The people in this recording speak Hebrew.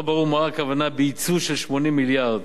לא ברור מה הכוונה ב"יצוא של 80 מיליארד",